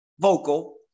vocal